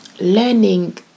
learning